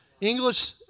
English